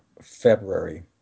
february